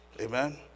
Amen